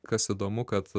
kas įdomu kad